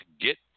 get